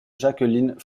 jacqueline